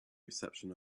reception